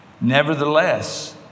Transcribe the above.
Nevertheless